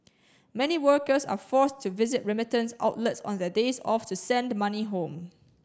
many workers are forced to visit remittance outlets on their days off to send money home